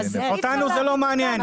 אותנו זה לא מעניין.